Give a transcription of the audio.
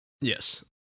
Yes